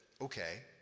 Okay